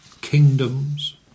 kingdoms